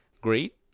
great